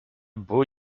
beau